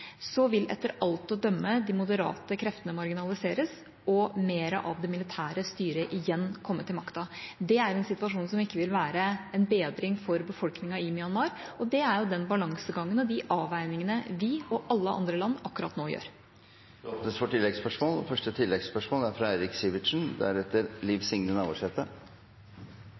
vil etter alt å dømme de moderate kreftene marginaliseres og mer av det militæret styret igjen komme til makten. Det er en situasjon som ikke vil være en bedring for befolkningen i Myanmar. Det er den balansegangen og de avveiningene vi og alle andre land akkurat nå gjør. Det åpnes for